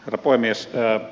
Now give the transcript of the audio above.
herra puhemies